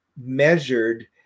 measured